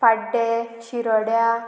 पाड्डे शिरोड्या